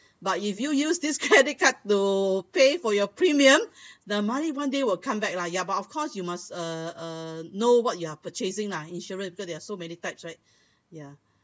but of course you must uh uh know what you are purchasing lah insurance because there are so many types right ya